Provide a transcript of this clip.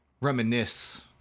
reminisce